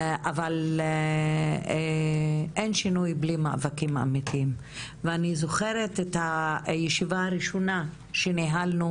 אבל אין שינוי בלי מאבקים אמיתיים ואני זוכרת את הישיבה הראשונה שניהלתי